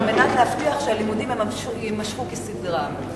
מנת להבטיח שהלימודים יימשכו כסדרם.